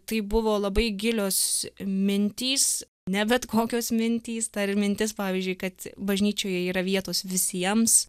tai buvo labai gilios mintys ne bet kokios mintys ta mintis pavyzdžiui kad bažnyčioje yra vietos visiems